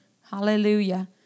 Hallelujah